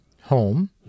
home